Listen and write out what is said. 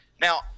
now